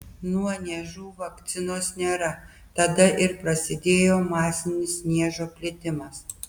nuo niežų vakcinos nėra tada ir prasidėjo masinis niežo plitimas